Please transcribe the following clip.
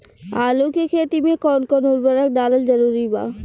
आलू के खेती मे कौन कौन उर्वरक डालल जरूरी बा?